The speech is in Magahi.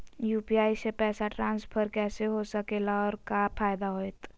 यू.पी.आई से पैसा ट्रांसफर कैसे हो सके ला और का फायदा होएत?